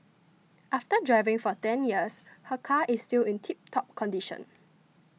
after driving for ten years her car is still in tip top condition